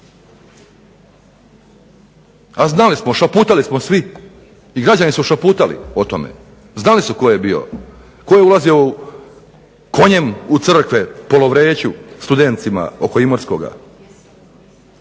a znali smo, šaputali smo svi, i građani su šaputali o tome, znali su tko je bio, tko je ulazio konjem u crkve po Lovreću studentima oko Imotskoga.